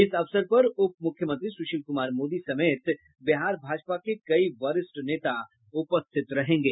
इस अवसर पर उप मुख्यमंत्री सुशील कुमार मोदी समेत बिहार भाजपा के कई वरिष्ठ नेता उपस्थित रहेंगे